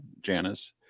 Janice